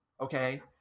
okay